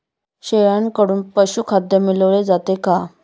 शेळ्यांकडून पशुखाद्य मिळवले जाते का?